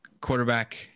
quarterback